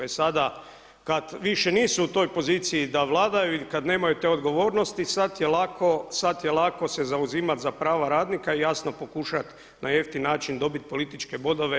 E sada, kad više nisu u toj poziciji da vladaju i kad nemaju te odgovornosti sad je lako se zauzimati za prava radnika i jasno pokušati na jeftin način dobit političke bodove.